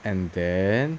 and then